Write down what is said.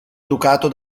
educato